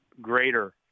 greater